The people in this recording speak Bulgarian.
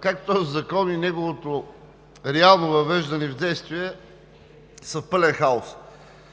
как този закон и неговото реално въвеждане в действие са пълен хаос